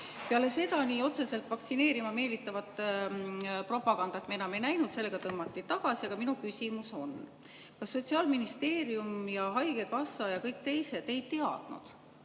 Peale seda nii otseselt vaktsineerima meelitavat propagandat me enam ei näinud, sellega tõmmati tagasi. Aga minu küsimus on: kas Sotsiaalministeerium, haigekassa ja kõik teised ei teadnud,